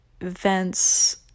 events